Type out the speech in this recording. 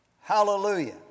Hallelujah